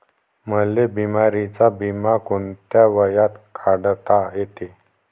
मले बिमारीचा बिमा कोंत्या वयात काढता येते?